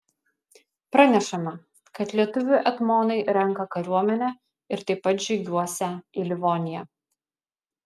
pranešama kad lietuvių etmonai renką kariuomenę ir taip pat žygiuosią į livoniją